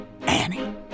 Annie